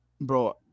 Bro